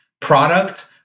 product